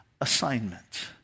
assignment